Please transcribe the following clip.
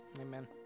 Amen